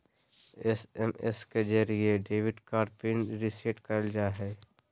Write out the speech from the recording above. SMS के जरिये debit card PIN reset करल जा हय